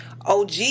OG